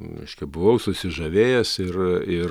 reiškia buvau susižavėjęs ir ir